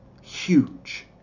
Huge